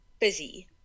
busy